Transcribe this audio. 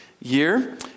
year